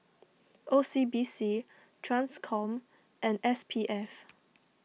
O C B C Transcom and S P F